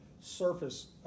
surface